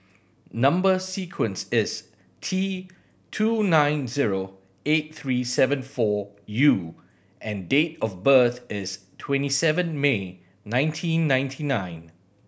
number sequence is T two nine zero eight three seven four U and date of birth is twenty seven May nineteen ninety nine